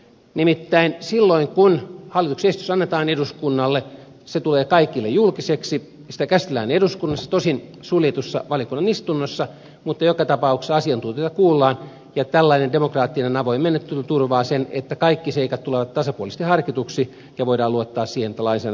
nimittäin silloin kun hallituksen esitys annetaan eduskunnalle se tulee kaikille julkiseksi sitä käsitellään eduskunnassa tosin suljetussa valiokunnan istunnossa mutta joka tapauksessa asiantuntijoita kuullaan ja tällainen demokraattinen avoin menettely turvaa sen että kaikki seikat tulevat tasapuolisesti harkituiksi ja voidaan luottaa siihen että lainsäädäntö on asianmukaista